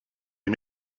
you